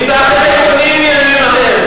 תפתח את העיתונים מהימים ההם,